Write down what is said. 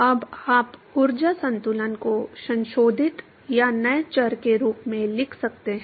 अब आप ऊर्जा संतुलन को संशोधित या नए चर के रूप में लिख सकते हैं